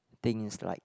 things like